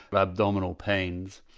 but abdominal pains.